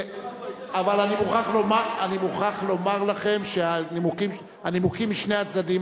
אבל אני מוכרח לומר לכם שהנימוקים משני הצדדים,